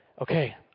okay